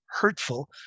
hurtful